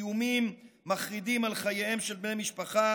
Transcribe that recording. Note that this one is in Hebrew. איומים מחרידים על חייהם של בני משפחה